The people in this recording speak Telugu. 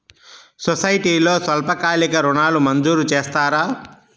సొసైటీలో స్వల్పకాలిక ఋణాలు మంజూరు చేస్తారా?